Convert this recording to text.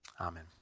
Amen